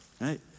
right